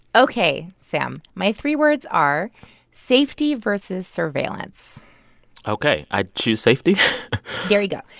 ok, sam. my three words are safety versus surveillance ok. i'd choose safety there you go.